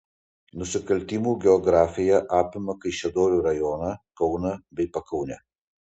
nusikaltimų geografija apima kaišiadorių rajoną kauną bei pakaunę